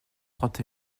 trente